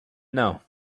know